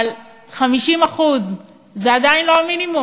אבל 50% זה עדיין לא המינימום,